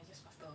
it is faster